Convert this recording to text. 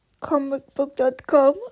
Comicbook.com